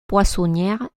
poissonnière